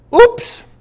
oops